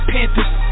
Panthers